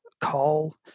coal